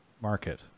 market